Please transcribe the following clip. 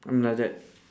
I'm like that